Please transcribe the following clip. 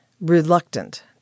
reluctant